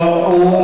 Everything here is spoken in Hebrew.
לא, ראש הממשלה.